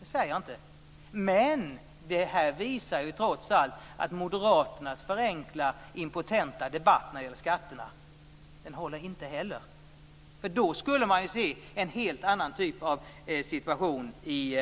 Det säger jag inte, men det här visar ju trots allt att Moderaternas förenklade, impotenta debatt när det gäller skatterna inte heller håller. Då skulle man ju se en helt annan typ av situation i